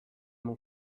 mon